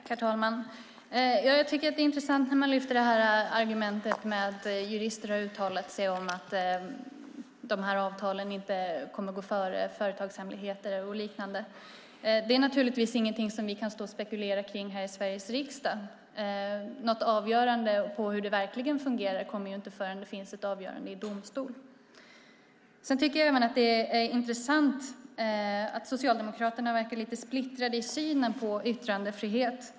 Herr talman! Jag tycker att det är intressant när man lyfter argumentet att jurister har uttalat sig om att de här avtalen inte kommer att gå före företagshemligheter och liknande. Det är naturligtvis ingenting som vi kan stå och spekulera kring här i Sveriges riksdag. Något avgörande om hur det verkligen fungerar kommer ju inte förrän det finns ett avgörande i domstol. Jag tycker även att det är intressant att Socialdemokraterna verkar lite splittrade i synen på yttrandefrihet.